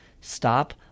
stop